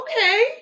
okay